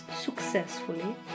successfully